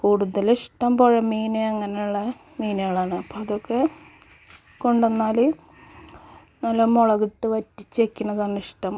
കൂടുതൽ ഇഷ്ടം പുഴമീൻ അങ്ങനെയുള്ള മീനുകളാണ് അപ്പം അതൊക്കെ കൊണ്ടുവന്നാൽ നല്ല മുളകിട്ട് വറ്റിച്ച് വയ്ക്കുന്നതാണ് ഇഷ്ടം